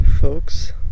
folks